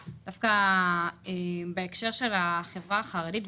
דווקא בהקשר לחברה החרדית,